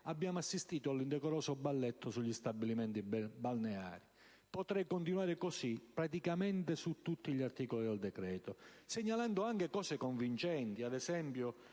abbiamo assistito all'indecoroso balletto sugli stabilimenti balneari. Potrei continuare così praticamente su tutti gli articoli del decreto, segnalando anche aspetti convincenti. Ad esempio,